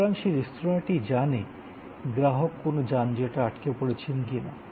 সুতরাং সেই রেস্তোঁরাটি জানে গ্রাহক কোনও যানজটে আটক পড়েছেন কিনা